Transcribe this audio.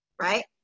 right